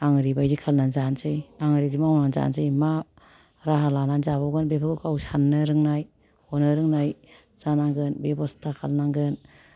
आं ओरैबायदि खालामनानै जानोसै आं ओरैबादि मावनानै जानोसै मा राहा लानानै जाबावगोन बेफोरखौ गाव साननो रोंनाय हनो रोंनाय जानांगोन बेब'स्था खालामनांगोन